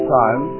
time